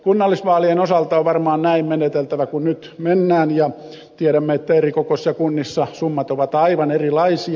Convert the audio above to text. kunnallisvaalien osalta on varmaan näin meneteltävä kuin nyt mennään ja tiedämme että erikokoisissa kunnissa summat ovat aivan erilaisia